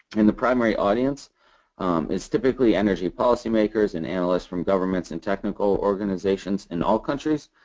and the primary audience is typically energy policy makers and analysts from governments and technical organizations in all countries.